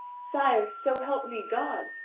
sire, so help me god,